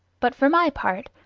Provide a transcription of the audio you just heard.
but for my part,